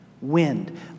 Wind